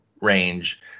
range